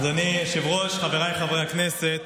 אדוני היושב-ראש, חבריי חברי הכנסת,